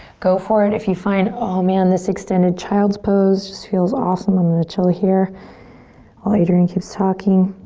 go for it. if you find, oh man, this extended child's pose just feels awesome. i'm gonna chill here while ah adriene keeps talking.